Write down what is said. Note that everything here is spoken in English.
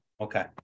Okay